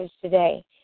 today